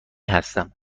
هستم